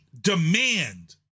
demand